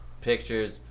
pictures